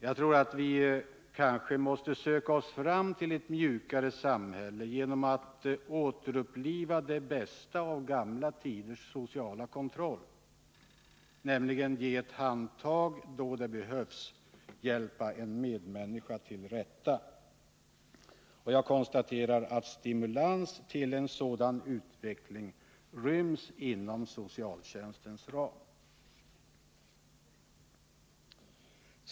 Vi kanske måste söka oss fram till det genom att återuppliva det bästa av gamla tiders sociala kontroll. Vi måste vara beredda att ge ett handtag då det behövs, hjälpa en medmänniska till rätta. Stimulans till en sådan utveckling ryms inom socialtjänstens ram.